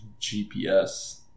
GPS